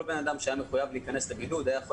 כל אדם שהיה מחויב להיכנס לבידוד היה יכול